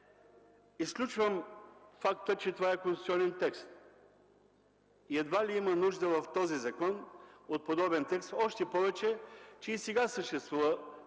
Изключвам факта, че това е конституционен текст. Едва ли има нужда в този закон от подобен текст, още повече, че и сега съществува